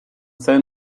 zen